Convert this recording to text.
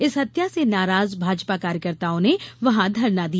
इस हत्या से नाराज भाजपा कार्यकर्ताओं ने वहां धरना दिया